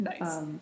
Nice